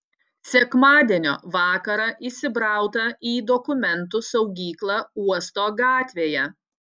sekmadienio vakarą įsibrauta į dokumentų saugyklą uosto gatvėje